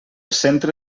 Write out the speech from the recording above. centre